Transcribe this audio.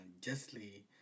justly